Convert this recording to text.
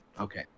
Okay